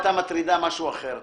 אותה מטריד משהו אחר.